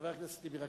חבר הכנסת טיבי,